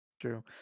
true